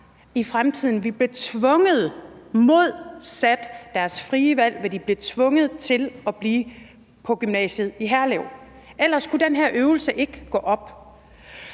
i fremtiden – mod deres frie valg – vil blive tvunget til at blive på gymnasiet i Herlev, ellers kunne den her øvelse ikke gå op.